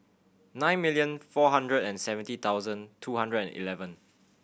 nine million four hundred and seventy thousand two hundred and eleven